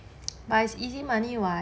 but it's easy money [what]